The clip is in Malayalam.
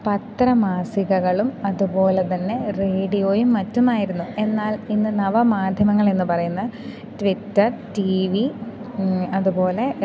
പത്രമാസികകളും അതു പോലെ തന്നെ റേഡിയോയും മറ്റുമായിരുന്നു എന്നാൽ ഇന്ന് നവമാധ്യമങ്ങളെന്നു പറയുന്നത് ട്വിറ്റർ ടീ വി അതു പോലെ